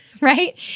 Right